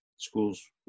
Schools